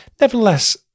Nevertheless